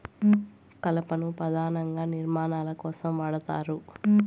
కలపను పధానంగా నిర్మాణాల కోసం వాడతారు